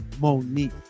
Monique